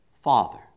Father